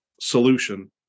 solution